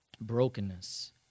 brokenness